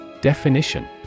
Definition